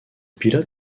pilote